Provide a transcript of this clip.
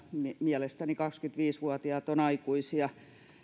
mielestäni kaksikymmentäviisi vuotiaat ovat aikuisia